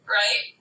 right